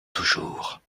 toujours